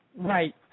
Right